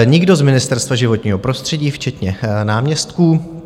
Nikdo z Ministerstva životního prostředí včetně náměstků.